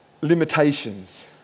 limitations